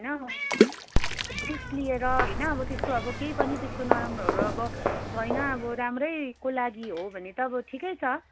होइन रिक्स लिएर होइन अब त्यस्तो अब केही पनि त्यस्तो नराम्रोहरू अब होइन अब राम्रैको लागि हो भने त अब ठिकै छ